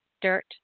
dirt